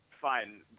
fine